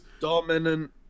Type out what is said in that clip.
Dominant